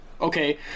okay